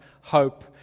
hope